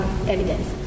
evidence